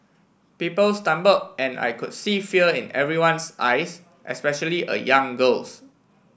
people stumble and I could see fear in everyone's eyes especially a young girl's